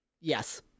Yes